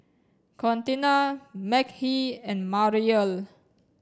Contina Mekhi and Mariel